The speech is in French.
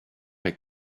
est